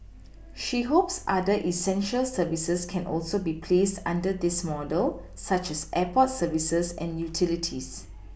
she hopes other essential services can also be placed under this model such as airport services and utilities